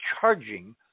charging